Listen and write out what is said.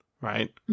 right